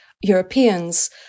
Europeans